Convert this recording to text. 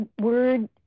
word